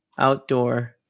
Outdoor